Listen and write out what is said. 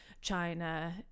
China